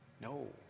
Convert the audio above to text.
No